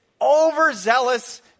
overzealous